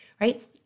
right